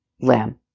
lamb